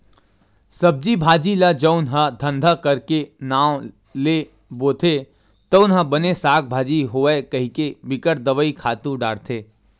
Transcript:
सब्जी भाजी ल जउन ह धंधा करे के नांव ले बोथे तउन ह बने साग भाजी होवय कहिके बिकट दवई, खातू डारथे